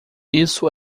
isso